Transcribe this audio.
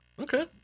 Okay